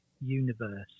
universe